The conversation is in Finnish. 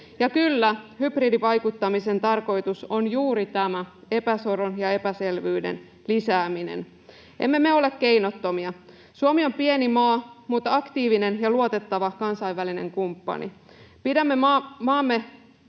kyllä, hybridivaikuttamisen tarkoitus on juuri tämä: sekasorron ja epäselvyyden lisääminen. Emme me ole keinottomia. Suomi on pieni maa mutta aktiivinen ja luotettava kansainvälinen kumppani. Pidämme maassamme